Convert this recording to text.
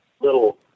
little